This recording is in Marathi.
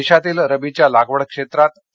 देशातील रबीच्या लागवड क्षेत्रात तर